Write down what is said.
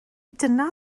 dyna